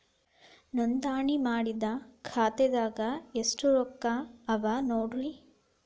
ನೋಂದಣಿ ಮಾಡಿದ್ದ ಖಾತೆದಾಗ್ ಎಷ್ಟು ರೊಕ್ಕಾ ಅವ ನೋಡ್ರಿ